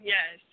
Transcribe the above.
Yes